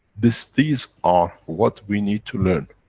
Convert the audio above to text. this, these are what we need to learn.